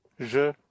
je